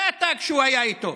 זה התג שהוא היה איתו.